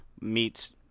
meets